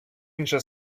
інше